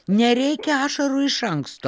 nereikia ašarų iš anksto